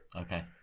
okay